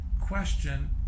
question